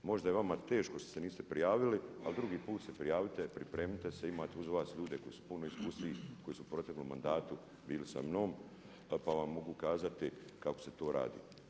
Možda je vama teško što ste niste prijavili, ali drugi puta ste prijavite, pripremite se imate uz vas ljude koji su puno iskusniji koji su u proteklom mandatu bili sa mnom pa vam mogu kazati kako se to radi.